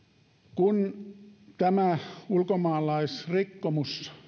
kun tämä ulkomaalaisrikkomus